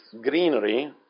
greenery